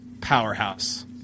powerhouse